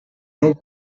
non